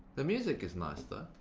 the music is nice though.